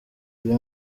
iyo